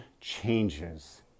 changes